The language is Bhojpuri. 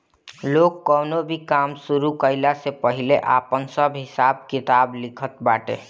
लोग कवनो भी काम शुरू कईला से पहिले आपन सब हिसाब किताब लिखत बाटे